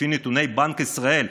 לפי נתוני בנק ישראל,